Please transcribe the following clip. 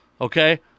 Okay